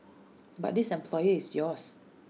but this employer is yours